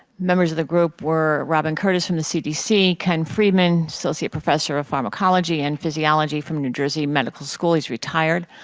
members of the group were robin curtis from the cdc, ken friedman, associate professor of pharmacology and physiology from new jersey medical school, he's retired,